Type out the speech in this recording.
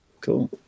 cool